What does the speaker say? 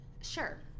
sure